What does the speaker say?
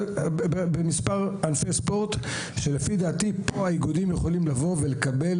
במספר ענפי ספורט שלפי דעתי פה האיגודים יכולים לבוא ולקבל